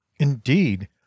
Indeed